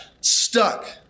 stuck